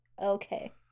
Okay